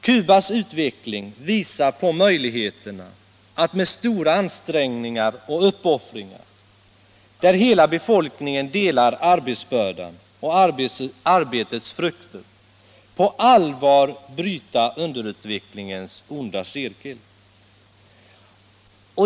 Cubas utveckling visar på möjligheterna att med stora ansträngningar och uppoffringar, där hela be Re derutvecklingens onda cirkel.